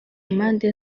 mpande